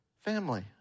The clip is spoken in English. family